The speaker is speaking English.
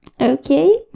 Okay